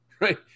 right